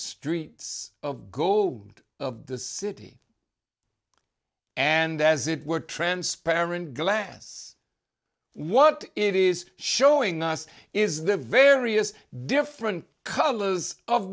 streets of gold and of the city and as it were transparent glass what it is showing us is the various different colors of